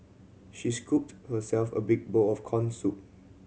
she scooped herself a big bowl of corn soup